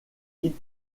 hit